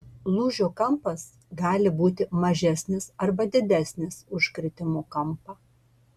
lūžio kampas gali būti mažesnis arba didesnis už kritimo kampą